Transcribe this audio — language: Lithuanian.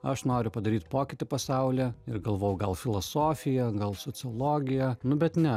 aš noriu padaryt pokytį pasaulyje ir galvojau gal filosofiją gal sociologiją nu bet ne